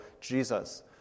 Jesus